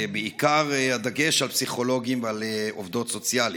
בעיקר בדגש על פסיכולוגים ועל עובדות סוציאליות?